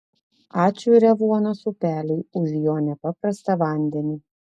ačiū revuonos upeliui už jo nepaprastą vandenį